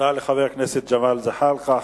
תודה לחבר הכנסת ג'מאל זחאלקה.